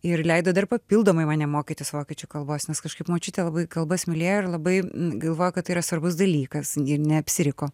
ir leido dar papildomai mane mokytis vokiečių kalbos nes kažkaip močiutė labai kalbas mylėjo ir labai galvojo kad tai yra svarbus dalykas ir neapsiriko